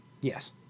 yes